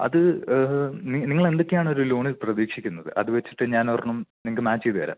അത് നിങ്ങളെന്തൊക്കെയാണ് ഒരു ലോണിൽ പ്രതീക്ഷിക്കുന്നത് അത് വെച്ചിട്ട് ഞാനൊരെണ്ണം നിങ്ങൾക്ക് മാച്ച് ചെയ്ത് തരാം